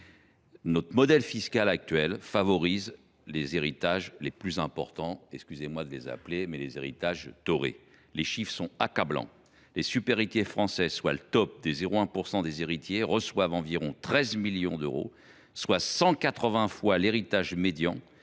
Notre modèle fiscal actuel favorise les héritages les plus importants, que je qualifierai d’« héritages dorés ». Les chiffres sont accablants. Les super héritiers français, soit le top des 0,1 % des héritiers, reçoivent environ 13 millions d’euros, soit 180 fois l’héritage médian,